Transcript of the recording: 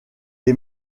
est